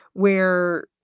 where